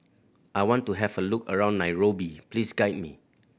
I want to have a look around Nairobi please guide me